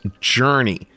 Journey